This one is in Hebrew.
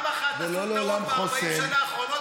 לא לעולם חוסן.